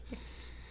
Yes